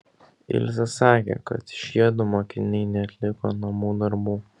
ilzė sakė kad šiedu mokiniai neatliko namų darbų